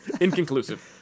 inconclusive